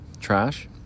trash